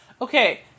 Okay